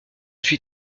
suis